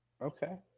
Okay